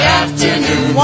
afternoon